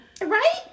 Right